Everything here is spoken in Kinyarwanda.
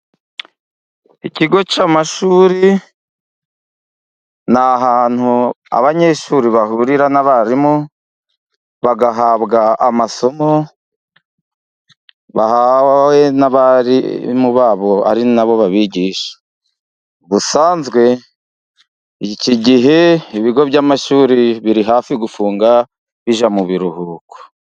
Ikigo cy'amashuri ni ahantu abanyeshuri bahurira n'abarimu, bagahabwa amasomo bahawe n'abarimu babo ari nabo babigisha. Ubusanzwe iki gihe ibigo by'amashuri biri hafi gufunga bijya mu biruhuko.